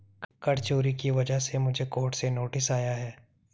कर चोरी की वजह से मुझे कोर्ट से नोटिस आया है